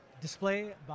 display